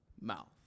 mouth